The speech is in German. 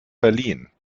verliehen